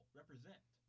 represent